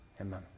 amen